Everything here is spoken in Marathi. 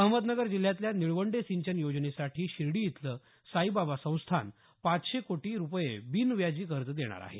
अहमदनगर जिल्ह्यातल्या निळवंडे सिंचन योजनेसाठी शिर्डी इथलं साईबाबा संस्थान पाचशे कोटी रुपये बिनव्याजी कर्ज देणार आहे